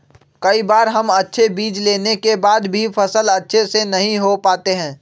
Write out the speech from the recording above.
कई बार हम अच्छे बीज लेने के बाद भी फसल अच्छे से नहीं हो पाते हैं?